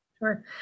Sure